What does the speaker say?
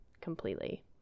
completely